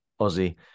Aussie